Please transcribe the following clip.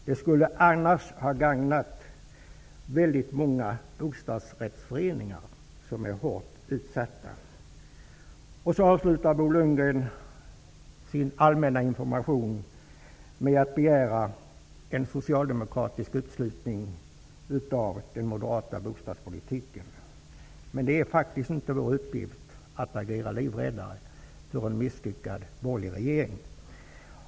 Det skulle annars ha gagnat väldigt många bostadsrättsföreningar som är hårt utsatta. Bo Lundgren avslutar sin allmänna information med att begära en socialdemokratisk uppslutning kring den moderata bostadspolitiken. Det är faktiskt inte vår uppgift att agera livräddare åt en misslyckad borgerlig regering.